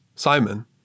Simon